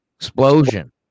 explosion